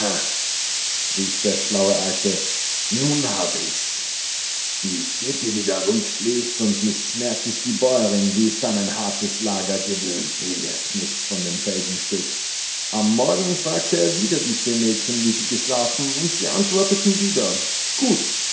rief der schlaue alte nun hab ich's die vierte die da ruhig schläft und nichts merkt ist die bäuerin die ist an ein hartes lager gewöhnt die merkt nichts von dem felsenstück am morgen fragte er wieder die vier mädchen wie sie geschlafen und sie antworteten wieder gut